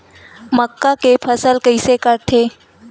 मक्का के फसल कइसे करथे?